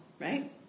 right